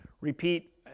repeat